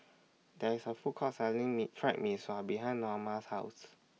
There IS A Food Court Selling Mee Fried Mee Sua behind Naoma's House